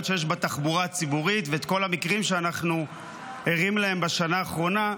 שיש בתחבורה הציבורית ואת כל המקרים שאנחנו ערים להם בשנה האחרונה.